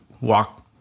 walk